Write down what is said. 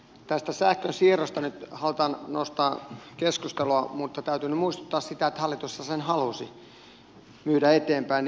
tästä sähkönsiirrosta nyt halutaan nostaa keskustelua mutta täytyy nyt muistuttaa siitä että hallitushan sen halusi myydä eteenpäin